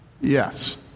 Yes